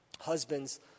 husbands